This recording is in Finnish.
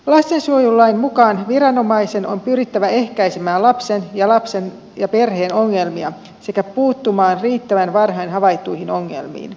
lastensuojelulain mukaan viranomaisen on pyrittävä ehkäisemään lapsen ja perheen ongelmia sekä puuttumaan riittävän varhain havaittuihin ongelmiin